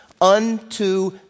Unto